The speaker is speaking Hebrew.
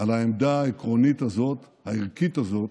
על העמדה העקרונית הזאת, הערכית הזאת,